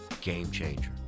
game-changer